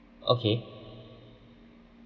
okay